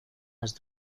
las